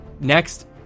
Next